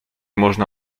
można